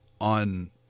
on